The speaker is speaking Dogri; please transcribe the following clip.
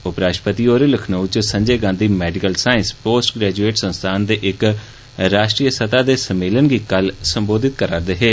उपराश्ट्रपति होर लखनऊ च संजय गांधी मैडिकल साईस पोस्टग्रेजुऐट संस्थान च इक राश्टीय स्तह दे सम्मेलन गी कल संबोधित करा'रदे हे